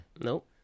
Nope